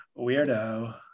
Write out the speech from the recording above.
weirdo